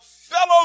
fellow